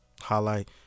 highlight